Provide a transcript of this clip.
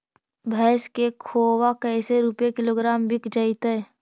भैस के खोबा कैसे रूपये किलोग्राम बिक जइतै?